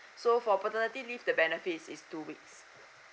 so for paternity leave the benefits is two weeks